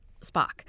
Spock